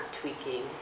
tweaking